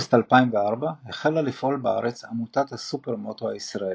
באוגוסט 2004 החלה לפעול בארץ "עמותת הסופרמוטו הישראלית",